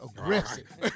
aggressive